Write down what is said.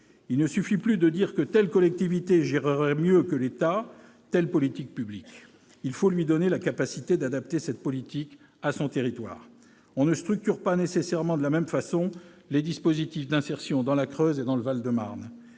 Il ne suffit plus de dire que telle collectivité gérerait mieux que l'État telle politique publique, il faut lui donner la capacité d'adapter cette politique à son territoire. On ne structure pas nécessairement de la même façon les dispositifs d'insertion dans la Creuse et dans le Val-de-Marne.